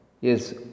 yes